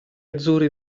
azzurri